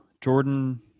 Jordan